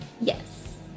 Yes